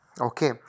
okay